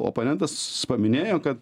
oponentas paminėjo kad